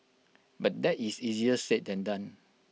but that is easier said than done